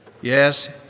Yes